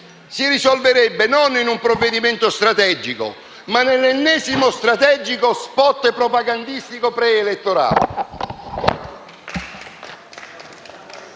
si risolverebbe non in un provvedimento strategico, ma nell'ennesimo strategico *spot* propagandistico preelettorale.